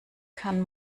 kann